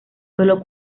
solo